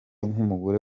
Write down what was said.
nk’umugore